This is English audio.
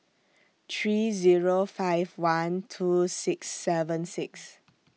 three Zero five one two six seven six